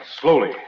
slowly